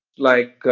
like,